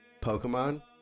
Pokemon